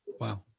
Wow